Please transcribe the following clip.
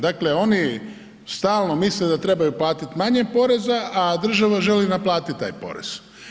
Dakle, oni stalno misle da trebaju platiti manje poreza, a država želi naplatiti taj porez.